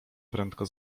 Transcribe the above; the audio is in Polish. prędko